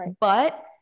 but-